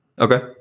Okay